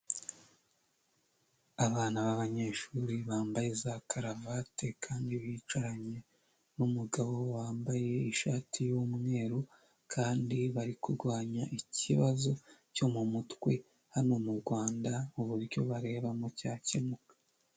Abana babanyeshuri bambaye za karavate kandi bicaranye n'umugabo wambaye ishati y'umweru kandi bari kurwanya ikibazo cyo mu mutwe, hano mu Rwanda uburyo barebamo cyakemuka.